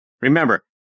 Remember